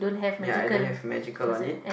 ya I don't have magical on it